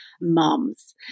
mums